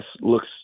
looks